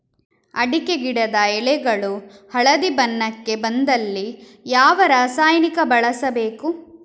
ಅಡಿಕೆ ಗಿಡದ ಎಳೆಗಳು ಹಳದಿ ಬಣ್ಣಕ್ಕೆ ಬಂದಲ್ಲಿ ಯಾವ ರಾಸಾಯನಿಕ ಬಳಸಬೇಕು?